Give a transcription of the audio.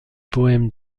poèmes